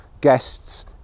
guests